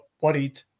worried